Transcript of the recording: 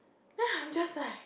then I'm just like